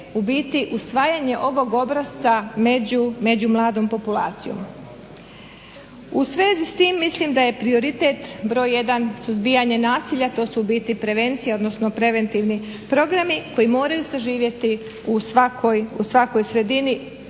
u biti usvajanje ovog obrasca među mladom populacijom. U svezi s tim mislim da je prioritet broj jedan suzbijanje nasilja. To su u biti prevencije, odnosno preventivni programi koji moraju saživjeti u svakoj sredini